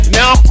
now